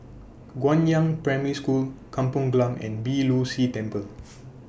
Guangyang Primary School Kampong Glam and Beeh Low See Temple